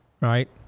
right